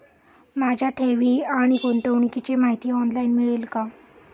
माझ्या ठेवी आणि गुंतवणुकीची माहिती ऑनलाइन मिळेल का?